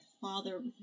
father